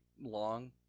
long